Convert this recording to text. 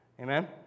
Amen